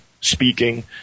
speaking